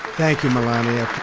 thank you melania.